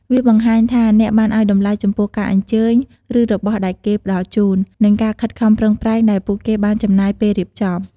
វាបង្ហាញថាអ្នកបានឲ្យតម្លៃចំពោះការអញ្ជើញ ឬរបស់ដែលគេផ្តល់ជូន និងការខិតខំប្រឹងប្រែងដែលពួកគេបានចំណាយពេលរៀបចំ។